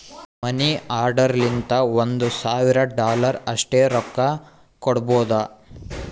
ಮನಿ order ಲಿಂತ ಒಂದ್ ಸಾವಿರ ಡಾಲರ್ ಅಷ್ಟೇ ರೊಕ್ಕಾ ಕೊಡ್ಬೋದ